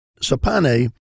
Sapane